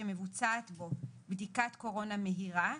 שמבוצעת בו בדיקת קורונה מהירה,